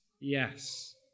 Yes